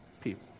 people